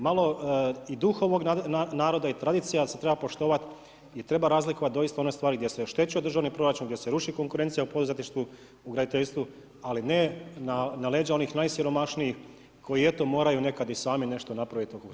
Malo i duh ovog naroda i tradicija se treba poštovati i treba razlikovati doista one stvari gdje se oštećuje državni proračun, gdje se ruši konkurencija u poduzetništvu, u graditeljsku ali ne na leđa onih najsiromašnijih koji eto moraju nekad i sami nešto napraviti oko svoje kuće.